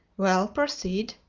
well, proceed.